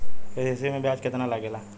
KCC में ब्याज कितना लागेला?